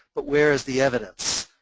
but where's the evidence?